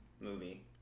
movie